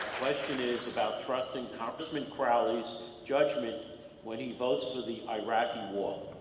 question is about trusting congressman crowley's judgment when he votes for the iraqi war.